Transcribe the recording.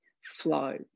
flow